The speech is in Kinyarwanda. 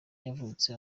yavutse